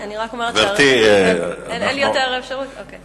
אני רק אומרת, אין לי יותר אפשרות, אוקיי.